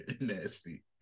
Nasty